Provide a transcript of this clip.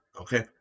Okay